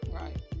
right